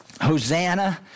Hosanna